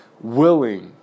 willing